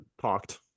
talked